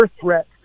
threat